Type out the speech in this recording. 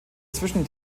zwischen